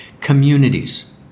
communities